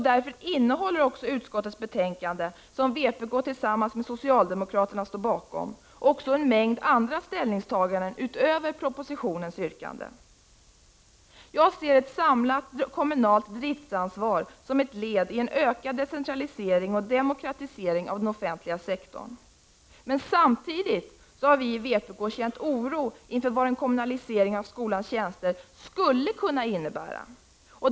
Därför innehåller utskottets betänkande, som vpk tillsammans med socialdemokraterna står bakom, också en mängd andra ställningstaganden utöver propositionens yrkanden. Jag ser ett samlat kommunalt driftansvar som ett led i en ökad decentralisering och demokratisering av den offentliga sektorn. Men samtidigt har vi i vpk känt oro inför vad en kommunalisering av skolans tjänster skulle kunna innebära.